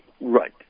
right